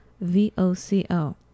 V-O-C-O